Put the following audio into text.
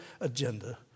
agenda